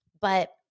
But-